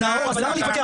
נאור, למה להתווכח?